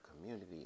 community